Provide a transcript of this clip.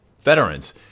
veterans